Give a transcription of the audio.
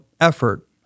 effort